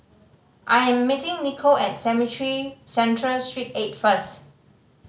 I am meeting Nico at Cemetry Central Street Eight first